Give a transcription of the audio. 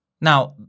Now